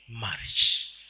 marriage